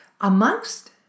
amongst